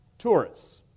tourists